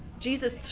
Jesus